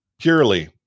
purely